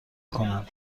کنند